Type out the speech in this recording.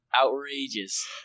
outrageous